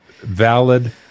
valid